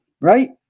right